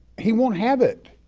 he won't have it.